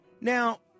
Now